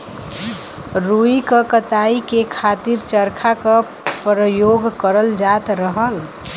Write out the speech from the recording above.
रुई क कताई के खातिर चरखा क परयोग करल जात रहल